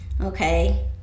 okay